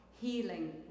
healing